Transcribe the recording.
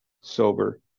sober